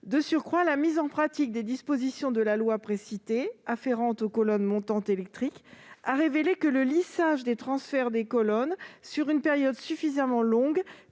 De surcroît, l'application pratique des dispositions de la loi précitée afférentes aux colonnes montantes électriques a révélé que le lissage des transferts des colonnes sur une période suffisamment longue